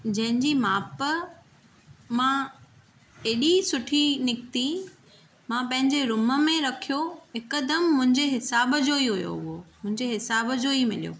जंहिंजी माप मां एॾी सुठी निकिती मां पंहिंजे रूम में रखियो हिकदमि मुंहिंजे हिसाबु जो ई हुयो उहो मुंहिंजे हिसाबु जो ई मिलियो